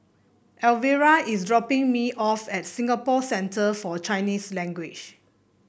Elvera is dropping me off at Singapore Centre For Chinese Language